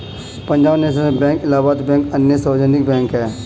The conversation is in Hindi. Punjab national bank Allahabad bank अन्य सार्वजनिक बैंक है